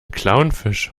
clownfisch